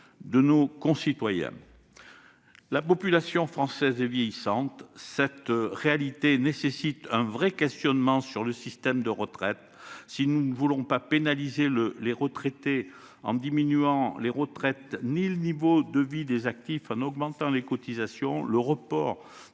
de nos concitoyens. La population française est vieillissante. Cette réalité implique un véritable questionnement sur le système de retraite. Si nous ne voulons pas pénaliser les retraités par une baisse du montant des retraites ni le niveau de vie des actifs par une augmentation des cotisations, le report